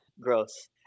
gross